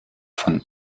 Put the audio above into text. von